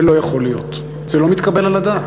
זה לא יכול להיות, זה לא מתקבל על הדעת.